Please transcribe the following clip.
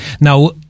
Now